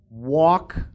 Walk